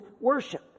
worship